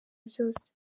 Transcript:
byose